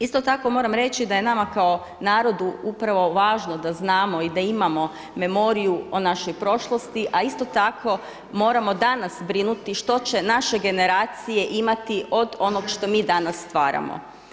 Isto tako moram reći da je nama kao narodu upravo važno da znamo i da imamo memoriju o našoj prošlosti, a isto tako moramo danas brinuti što će naše generacije imati od onoga što mi danas stvaramo.